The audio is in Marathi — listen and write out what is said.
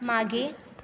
मागे